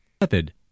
Method